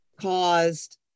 caused